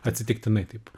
atsitiktinai taip